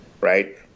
right